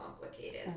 complicated